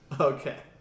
Okay